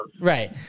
Right